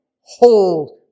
hold